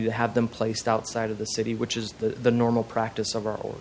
to have them placed outside of the city which is the normal practice of our